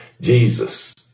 Jesus